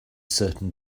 certain